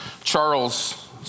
Charles